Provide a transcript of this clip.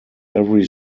every